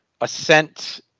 ascent